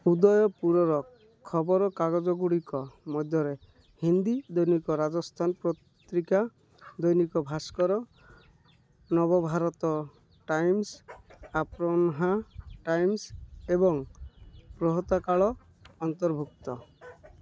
ଉଦୟପୁରର ଖବରକାଗଜ ଗୁଡ଼ିକ ମଧ୍ୟରେ ହିନ୍ଦୀ ଦୈନିକ ରାଜସ୍ଥାନ ପତ୍ରିକା ଦୈନିକ ଭାସ୍କର ନବଭାରତ ଟାଇମ୍ସ ଅପ୍ରନ୍ହା ଟାଇମ୍ସ ଏବଂ ପ୍ରହତାକାଳ ଅନ୍ତର୍ଭୁକ୍ତ